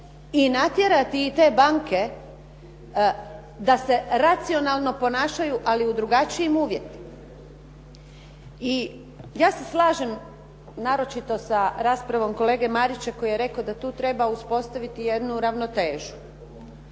i natjerati i te banke da se racionalno ponašaju, ali u drugačijim uvjetima. I ja se slažem naročito sa raspravom kolege Marića koji je rekao da tu treba uspostaviti jednu ravnotežu.